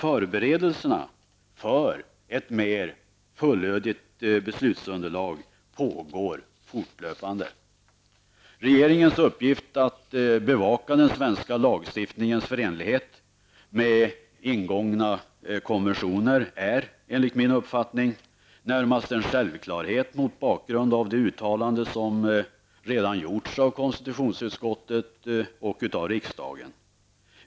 Förberedelserna för ett mera fullödigt beslutsunderlag pågår alltså fortlöpande. Regeringens uppgift att bevaka den svenska lagstiftningens förenlighet med ingångna konventioner är, enligt min uppfattning, närmast en självklarhet mot bakgrund av de uttalanden som redan gjorts av konstitutionsutskottet och av riksdagen.